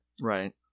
Right